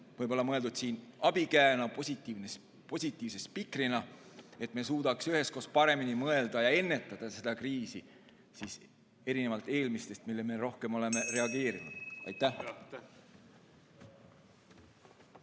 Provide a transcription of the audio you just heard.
võib-olla mõeldud abikäena, positiivse spikrina, et me suudaksime üheskoos paremini mõelda ja ennetada seda kriisi, erinevalt eelmistest kriisidest, millele me rohkem oleme reageerinud. Aitäh!